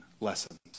lessons